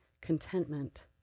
contentment